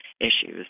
issues